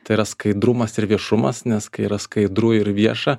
tai yra skaidrumas ir viešumas nes kai yra skaidru ir vieša